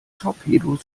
torpedos